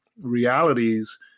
realities